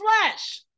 flesh